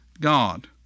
God